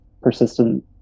persistent